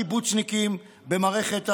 קיבוצניקים במערכת המשפט,